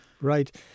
Right